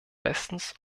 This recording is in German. bestens